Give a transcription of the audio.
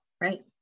Right